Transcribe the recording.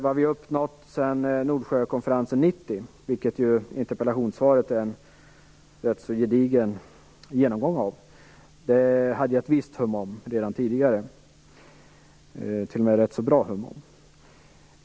Vad vi har uppnått sedan Nordsjökonferensen 1990, vilket ju interpellationssvaret är en rätt så gedigen genomgång av, hade jag redan tidigare ett visst eller t.o.m. ganska bra hum om.